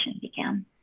began